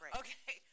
okay